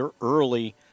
early